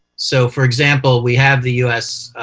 so, for example, we have the u s.